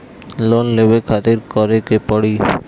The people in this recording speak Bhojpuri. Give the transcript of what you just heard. लोन लेवे खातिर का करे के पड़ी?